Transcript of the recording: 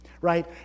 right